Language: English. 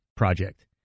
project